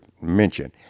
mention